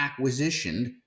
acquisitioned